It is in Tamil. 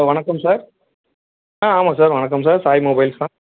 ஹலோ வணக்கம் சார் ஆன் ஆமாங்க சார் வணக்கம் சார் சாய் மொபைல்ஸ் தான்